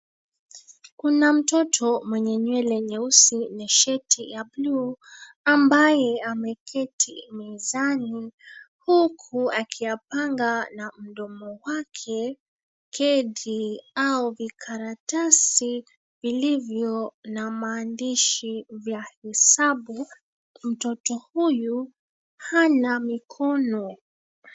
Kuna mtoto mwenye nywele nyeusi na sheti ya bluu, ambaye ameketi mezani, huku akiyapanga na mdomo na mdomo wake kedi au vikaratasi vilivyo na maandishi vya hesabu. Mtoto huyu hana mikono.